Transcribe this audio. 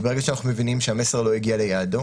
ברגע שאנחנו מבינים שהמסר לא הגיע ליעדו,